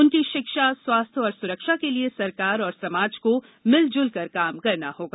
उनकी शिक्षा स्वस्थ्य और सुरक्षा के लिए सरकार और समाज को मिलजुल कर काम करना होगा